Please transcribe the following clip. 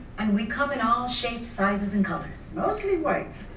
and we come in all shapes, sizes, and colors. mostly white.